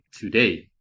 today